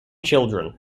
children